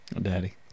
daddy